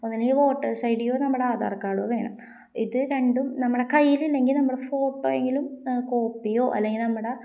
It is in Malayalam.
ഒന്നുമില്ലെങ്കില് ഈ വോട്ടേഴ്സ് ഐ ഡിയോ നമ്മുടെ ആധാർ കാർഡോ വേണം ഇത് രണ്ടും നമ്മുടെ കയ്യിലില്ലെങ്കില് നമ്മുടെ ഫോട്ടോയെങ്കിലും കോപ്പിയോ അല്ലെങ്കില് നമ്മുടെ